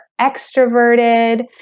extroverted